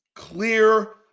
clear